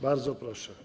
Bardzo proszę.